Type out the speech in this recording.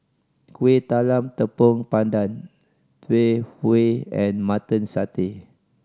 Kueh Talam Tepong Pandan Tau Huay and Mutton Satay